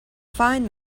find